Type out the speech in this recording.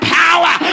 power